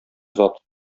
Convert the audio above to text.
зат